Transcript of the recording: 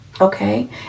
okay